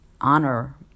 honor